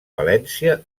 valència